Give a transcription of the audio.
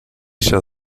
shall